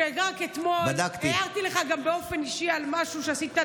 רק אתמול הערתי לך גם באופן אישי על משהו שעשית נכון,